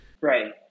Right